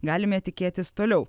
galime tikėtis toliau